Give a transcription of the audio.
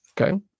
Okay